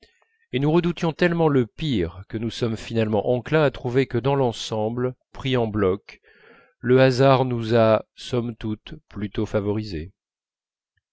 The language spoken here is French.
et nous redoutions tellement le pire que nous sommes finalement enclins à trouver que dans l'ensemble pris en bloc le hasard nous a somme toute plutôt favorisé